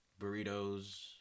burritos